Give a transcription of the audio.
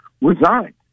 resigned